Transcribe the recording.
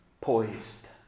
poised